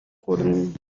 хүрнэ